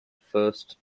first